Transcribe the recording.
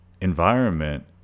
environment